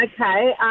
Okay